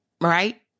right